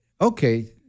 Okay